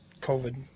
COVID